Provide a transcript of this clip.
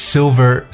Silver